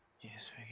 Yes